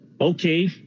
Okay